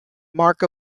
mark